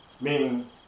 meaning